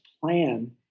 plan